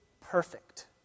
perfect